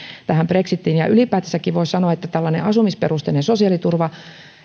tähän brexitiin ja ylipäätänsäkin voi sanoa että tällainen asumisperusteinen sosiaaliturva